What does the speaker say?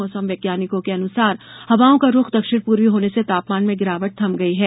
मौसम वैज्ञानिकों के अनुसार हवाओं का रूख दक्षिण पूर्वी होने से तापमान में गिरावट थम गई है